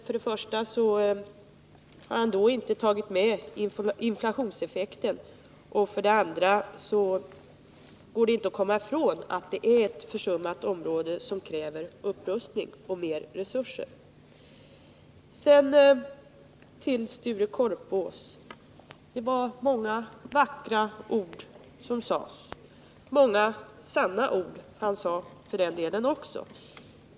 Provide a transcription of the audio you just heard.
För det första har han då inte tagit med inflationseffekten. För det andra går det inte att komma ifrån att det här är ett försummat område, som kräver upprustning och mera resurser. Sedan till Sture Korpås. Det var många vackra ord han sade — många sanna ord också, för den delen.